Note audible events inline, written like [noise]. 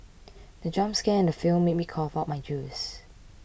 [noise] the jump scare in the film made me cough out my juice